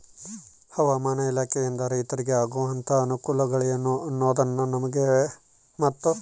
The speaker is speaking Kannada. ಹವಾಮಾನ ಇಲಾಖೆಯಿಂದ ರೈತರಿಗೆ ಆಗುವಂತಹ ಅನುಕೂಲಗಳೇನು ಅನ್ನೋದನ್ನ ನಮಗೆ ಮತ್ತು?